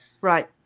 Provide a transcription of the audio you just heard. Right